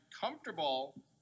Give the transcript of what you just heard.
comfortable